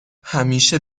همیشه